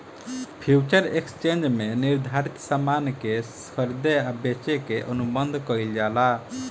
future exchange में निर्धारित सामान के खरीदे आ बेचे के अनुबंध कईल जाला